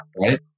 right